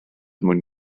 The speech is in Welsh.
mwyn